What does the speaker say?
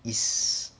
is